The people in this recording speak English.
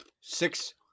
Six